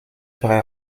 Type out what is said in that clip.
près